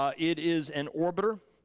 ah it is an orbiter,